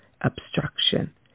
obstruction